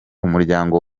umuryango